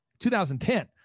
2010